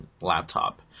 laptop